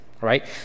right